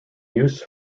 use